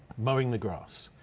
mowing the grass.